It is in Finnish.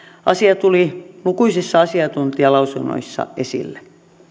asia tuli lukuisissa asiantuntijalausunnoissa esille